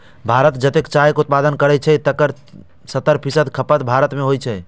भारत जतेक चायक उत्पादन करै छै, तकर सत्तर फीसदी खपत भारते मे होइ छै